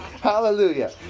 Hallelujah